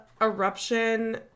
eruption